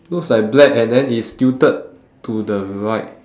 looks like black and then it's tilted to the right